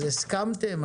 הסכמתם?